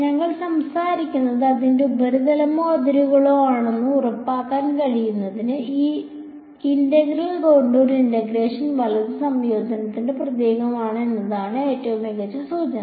ഞങ്ങൾ സംസാരിക്കുന്നത് അതിന്റെ ഉപരിതലമോ അതിരുകളോ ആണെന്ന് ഉറപ്പാക്കാൻ പറയുന്നതിന് ഈ ഇന്റഗ്രൽ കോണ്ടൂർ ഇന്റഗ്രേഷൻ വലത് സംയോജനത്തിന്റെ പ്രതീകമാണ് എന്നതാണ് ഏറ്റവും മികച്ച സൂചന